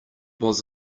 was